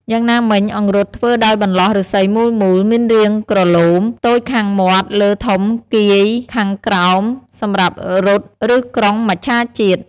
យ៉ាងណាមិញ អង្រុតធ្វើដោយបន្លោះឫស្សីមូលៗ មានរាងក្រឡូម តូចខាងមាត់លើធំគាយខាងក្រោម សម្រាប់រុត ឬក្រុងមច្ឆជាតិ។